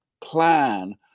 plan